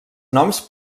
noms